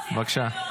בבקשה.